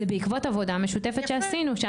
זה בעקבות עבודה משותפת שעשינו.